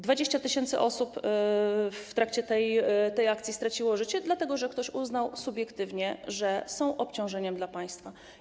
20 tys. osób w trakcie tej akcji straciło życie, dlatego że ktoś uznał subiektywnie, że są obciążeniem dla państwa.